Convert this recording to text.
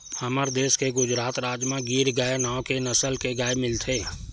हमर देस के गुजरात राज म गीर गाय नांव के नसल के गाय मिलथे